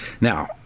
now